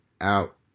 out